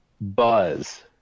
Buzz